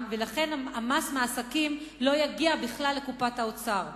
ולכן המס מעסקים לא יגיע בכלל לקופת האוצר,